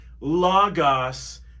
Logos